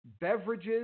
beverages